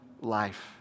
life